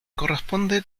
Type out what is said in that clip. corresponde